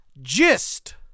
Gist